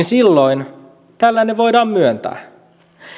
silloin tällainen voidaan myöntää